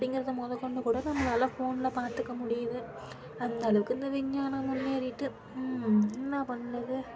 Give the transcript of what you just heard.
அப்படிங்கிறத முதக்கொண்டு கூட நம்மளால ஃபோன்ல பார்த்துக்க முடியுது அந்த அளவுக்கு இந்த விஞ்ஞானம் முன்னேறிகிட்டு என்ன பண்ணுது